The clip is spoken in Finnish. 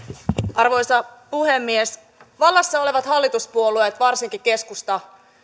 arvoisa puhemies vallassa olevat hallituspuolueet varsinkin keskusta